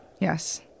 Yes